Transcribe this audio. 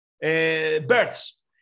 births